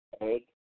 egg